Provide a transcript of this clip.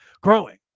growing